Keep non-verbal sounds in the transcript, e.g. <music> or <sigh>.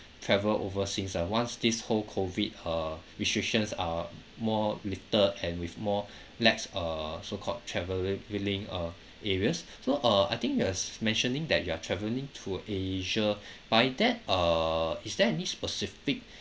travel overseas ah once this whole COVID uh restrictions are more little and with more <breath> lax uh so called travel uh areas <breath> so uh you s~ mentioning that you are travelling to asia by that uh is there any specific